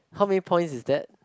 how many point is that